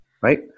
right